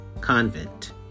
convent